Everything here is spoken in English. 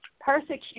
persecute